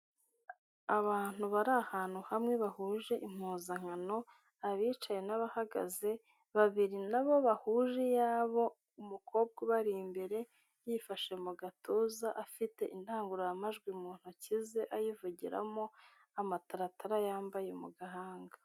Abantu bari ahantu hamwe bahuje impuzankano, abicaye n'abahagaze, babiri nabo bahuje iyabo umukobwa ubari imbere yifashe mu gatuza, afite indangururamajwi mu ntoki ze ayivugiramo n'amataratara yambaye mu gahanga.